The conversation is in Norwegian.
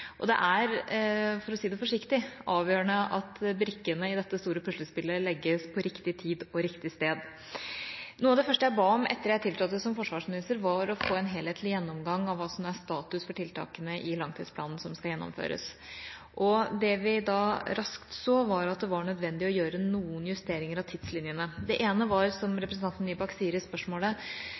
Det er, for å si det forsiktig, avgjørende at brikkene i dette store puslespillet legges på riktig tid og riktig sted. Noe av det første jeg ba om etter at jeg tiltrådte som forsvarsminister, var å få en helhetlig gjennomgang av hva som nå er status for tiltakene i langtidsplanen som skal gjennomføres. Det vi da raskt så, var at det var nødvendig å gjøre noen justeringer av tidslinjene. Det ene var, som representanten Nybakk sier i spørsmålet,